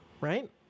right